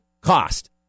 cost